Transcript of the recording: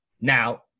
Now